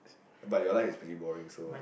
but your life is pretty boring so what